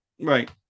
right